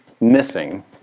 missing